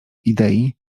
idei